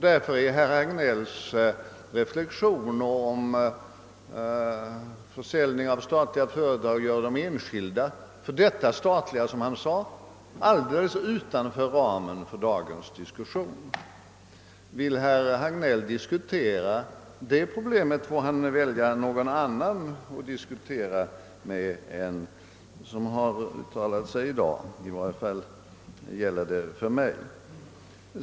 Därför ligger herr Hagnells reflexioner om försäljning av statliga företag till enskilda, så att de blir som han sade »f. d. statliga», alldeles utom ramen för dagens diskussion. Vill herr Hagnell diskutera denna fråga får han välja andra meddebattörer än dem som uttalat sig i dag, i varje fall någon annan än mig.